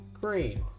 Green